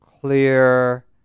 clear